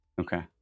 Okay